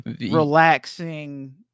relaxing